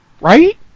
right